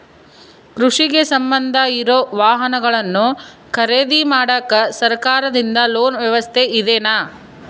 ಕೃಷಿಗೆ ಸಂಬಂಧ ಇರೊ ವಾಹನಗಳನ್ನು ಖರೇದಿ ಮಾಡಾಕ ಸರಕಾರದಿಂದ ಲೋನ್ ವ್ಯವಸ್ಥೆ ಇದೆನಾ?